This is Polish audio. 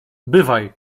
bywaj